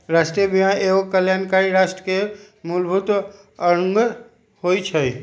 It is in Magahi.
राष्ट्रीय बीमा एगो कल्याणकारी राष्ट्र के मूलभूत अङग होइ छइ